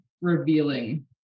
revealing